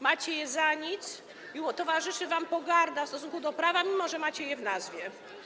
Macie je za nic i towarzyszy wam pogarda w stosunku do prawa, mimo że macie je w nazwie.